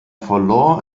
verlor